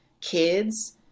kids